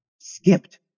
skipped